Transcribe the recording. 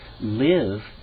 live